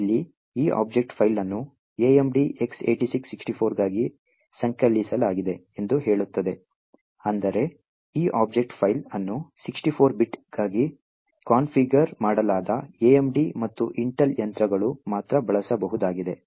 ಇಲ್ಲಿ ಈ object file ಅನ್ನು AMD X86 64 ಗಾಗಿ ಸಂಕಲಿಸಲಾಗಿದೆ ಎಂದು ಹೇಳುತ್ತದೆ ಅಂದರೆ ಈ ಆಬ್ಜೆಕ್ಟ್ ಫೈಲ್ ಅನ್ನು 64 bit ಗಾಗಿ ಕಾನ್ಫಿಗರ್ ಮಾಡಲಾದ AMD ಮತ್ತು ಇಂಟೆಲ್ ಯಂತ್ರಗಳು ಮಾತ್ರ ಬಳಸಬಹುದಾಗಿದೆ